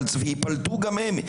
וייפלטו גם הם.